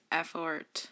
effort